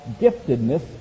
giftedness